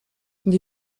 nie